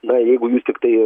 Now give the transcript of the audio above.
na jeigu jūs tiktai